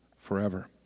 forever